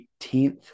18th